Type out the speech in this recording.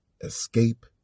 escape